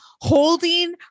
holding